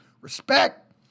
Respect